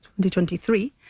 2023